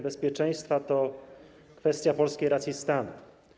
Bezpieczeństwo to kwestia polskiej racji stanu.